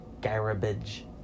Garbage